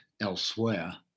elsewhere